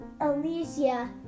Alicia